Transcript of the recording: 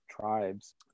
tribes